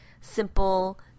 simple